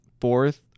fourth